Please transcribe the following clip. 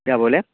کیا بولیں